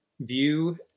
view